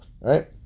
right